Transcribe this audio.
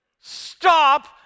stop